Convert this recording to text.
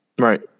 Right